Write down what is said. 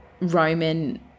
Roman